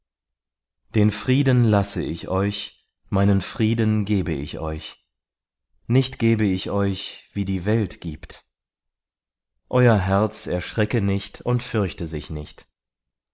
den frieden lasse ich euch meinen frieden gebe ich euch nicht gebe ich euch wie die welt gibt euer herz erschrecke nicht und fürchte sich nicht